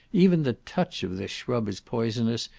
even the touch of this shrub is poisonous,